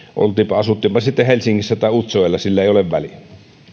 asuttiinpa sitten helsingissä tai utsjoella sillä ei ole väliä